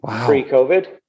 pre-COVID